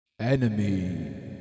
Enemy